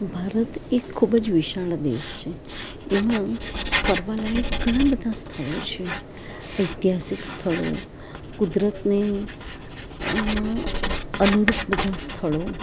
ભારત એક ખૂબ જ વિશાળ દેશ છે એમાં ફરવા લાયક ઘણાં બધાં સ્થળો છે ઐતહાસિક સ્થળો કુદરતને અનુરૂપ બધાં સ્થળો